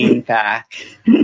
back